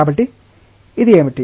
కాబట్టి ఇది ఏమిటి